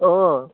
অঁ